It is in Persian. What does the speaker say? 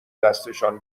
دستشان